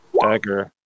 dagger